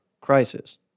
Crisis